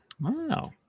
Wow